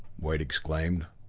wade exclaimed.